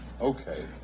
Okay